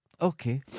Okay